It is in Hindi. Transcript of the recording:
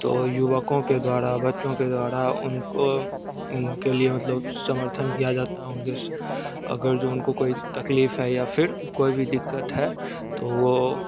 तो युवकों के द्वारा बच्चों के द्वारा उनको उनके लिए मतलब समर्थन किया जाता है उनके स अगर जो उनको कोई तकलीफ़ है या फिर कोई भी दिक़्क़त है तो वो